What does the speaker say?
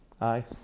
Aye